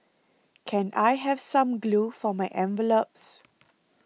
can I have some glue for my envelopes